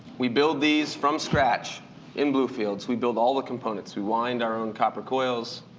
we build these from scratch in blue fields. we build all the components. we wind our own copper coils.